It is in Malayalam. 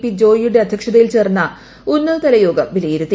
പി ജോയിയുടെ അദ്ധ്യക്ഷതയിൽ ചേർന്ന ഉന്നതതല യോഗം വിലയിരുത്തി